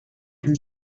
and